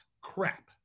crap